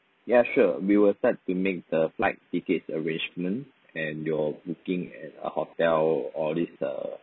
ya sure we will start to make the flight tickets arrangement and you're looking at a hotel all these err